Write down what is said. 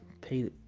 Pay